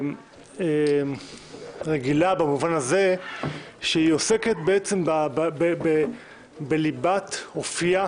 במובן הזה שהיא עוסקת בליבת אופייה